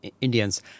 Indians